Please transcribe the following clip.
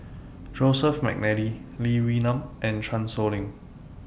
Joseph Mcnally Lee Wee Nam and Chan Sow Lin